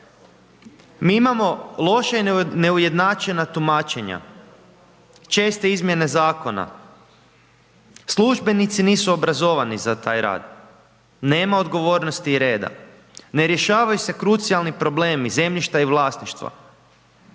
Mi imamo loše i neujednačena tumačenja, česte izmjene zakona, službenici nisu obrazovani za taj rad, nema odgovornosti i reda, ne rješavaju se krucijalni problemi, zemljišta i vlasništva.